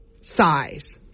size